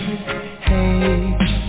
Hey